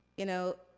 you know,